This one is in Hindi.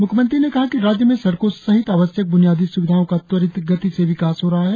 म्ख्यमंत्री ने कहा कि राज्य में सड़कों सहित आवश्यक ब्नियादी स्विधाओं का त्वरित गति से विकास हो रहा है